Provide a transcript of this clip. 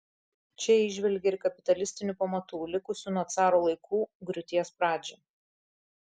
čia jie įžvelgė ir kapitalistinių pamatų likusių nuo caro laikų griūties pradžią